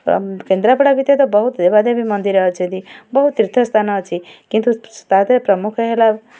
କେନ୍ଦ୍ରାପଡ଼ା ଭିତରେ ତ ବହୁତ ଦେବାଦେବୀ ମନ୍ଦିର ଅଛନ୍ତି ବହୁତ ତୀର୍ଥ ସ୍ଥାନ ଅଛି କିନ୍ତୁ ତା ଦେହରେ ପ୍ରମୁଖ ହେଲା